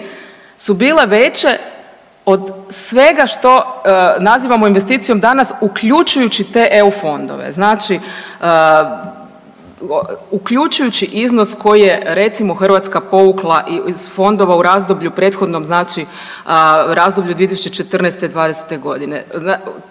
su bile veće od svega što nazivamo investicijom danas uključujući te EU fondove. Znači uključujući iznos koji je recimo Hrvatska povukla iz fondova u razdoblju prethodnom znači razdoblju od 2014. i '20. godine.